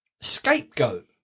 scapegoat